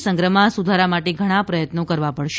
નાણાં સંગ્રહમાં સુધારા માટે ઘણા પ્રયત્નો કરવા પડશે